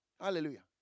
Hallelujah